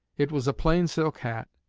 it was a plain silk hat,